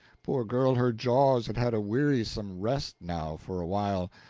poor girl, her jaws had had a wearisome rest now for a while,